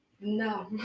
No